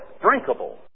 drinkable